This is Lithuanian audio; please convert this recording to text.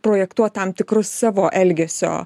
projektuot tam tikrus savo elgesio